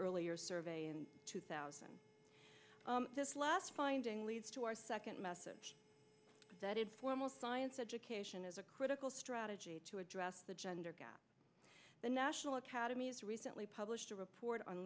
earlier survey in two thousand just last finding leads to our second message that informal science education is a critical strategy to address the gender gap the national academy has recently published a report on